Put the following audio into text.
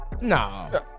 Nah